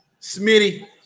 Smitty